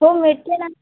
हो मिळते ना